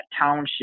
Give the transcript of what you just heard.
township